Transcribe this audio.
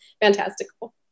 fantastical